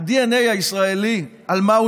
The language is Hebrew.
הדנ"א הישראלי, על מה הוא